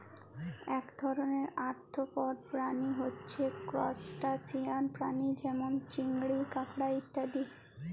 এক ধরণের আর্থ্রপড প্রাণী হচ্যে ত্রুসটাসিয়ান প্রাণী যেমল চিংড়ি, কাঁকড়া ইত্যাদি